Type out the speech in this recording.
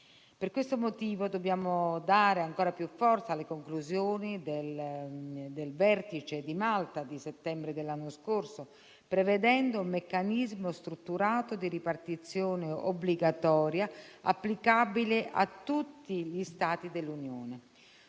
Per questo motivo dobbiamo dare ancora più forza alle conclusioni del Vertice di Malta, del settembre dell'anno scorso, prevedendo un meccanismo strutturato di ripartizione obbligatoria applicabile a tutti gli Stati dell'Unione.